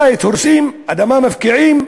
בית, הורסים, אדמה, מפקיעים,